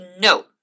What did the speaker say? No